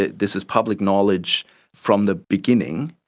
ah this is public knowledge from the beginning,